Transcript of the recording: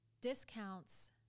discounts